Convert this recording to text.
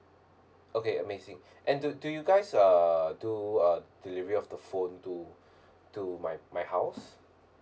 okay amazing and do do you guys uh do uh delivery of the phone to to my my house